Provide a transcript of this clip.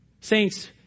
Saints